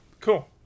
Cool